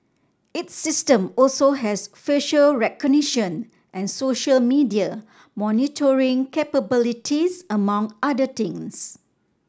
its system also has facial recognition and social media monitoring capabilities among other things